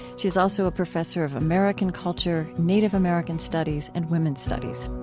she's also a professor of american culture, native american studies, and women studies